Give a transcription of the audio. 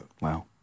Wow